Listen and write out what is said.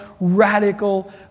radical